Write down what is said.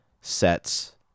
sets